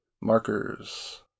Markers